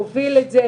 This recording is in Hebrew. הוא הוביל את זה,